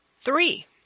Three